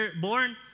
born